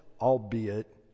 Albeit